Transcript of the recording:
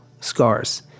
scars